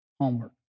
homework